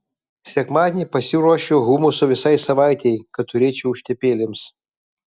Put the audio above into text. sekmadienį prisiruošiu humuso visai savaitei kad turėčiau užtepėlėms